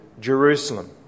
Jerusalem